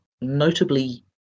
notably